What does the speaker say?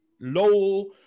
low-